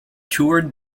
toured